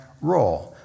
role